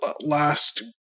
last